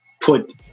put